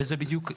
זו נקודה אחת.